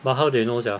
but how they know sia